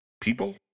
people